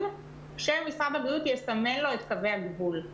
כאשר משרד הבריאות יסמן לו את קווי הגבול.